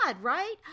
right